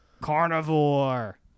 carnivore